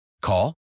Call